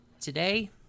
today